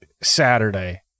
Saturday